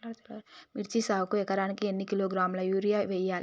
మిర్చి సాగుకు ఎకరానికి ఎన్ని కిలోగ్రాముల యూరియా వేయాలి?